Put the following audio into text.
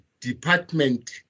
department